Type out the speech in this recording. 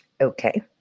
Okay